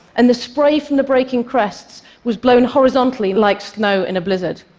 and the spray from the breaking crests was blown horizontally like snow in a blizzard.